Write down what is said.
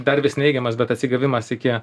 dar vis neigiamas bet atsigavimas iki